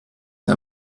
der